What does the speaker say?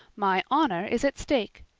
my honor is at stake,